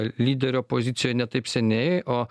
lyderio pozicijoj ne taip seniai o